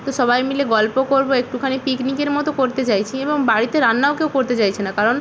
তো সবাই মিলে গল্প করব একটুখানি পিকনিকের মতো করতে চাইছি এবং বাড়িতে রান্নাও কেউ করতে চাইছে না কারণ